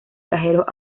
cajeros